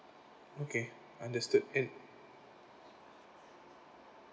okay understood and